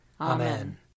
Amen